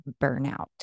burnout